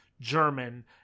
German